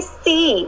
see